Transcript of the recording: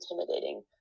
intimidating